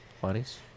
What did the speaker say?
Bodies